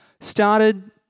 started